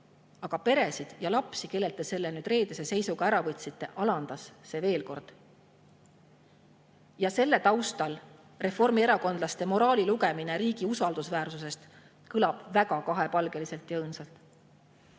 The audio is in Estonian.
Aga peresid ja lapsi, kellelt te selle reedese seisuga ära võtsite, alandas see veel kord. Ja selle taustal reformierakondlaste moraalilugemine riigi usaldusväärsusest kõlab väga kahepalgeliselt ja õõnsalt,